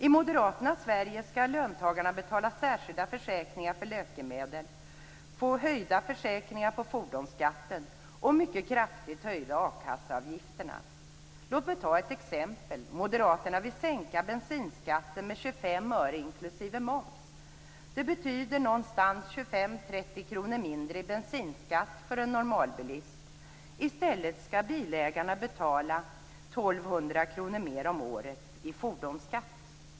I Moderaternas Sverige skall löntagarna betala särskilda försäkringar för läkemedel, höjda försäkringsavgifter på fordonsskatten och mycket kraftigt höjda a-kasseavgifter. Låt mig ta ett exempel. Moderaterna vill sänka bensinskatten med 25 öre inklusive moms. Det betyder 25-30 kronor mindre i bensinskatt för en normalbilist. I stället skall bilägarna betala 1 200 kr mer om året i fordonsskatt.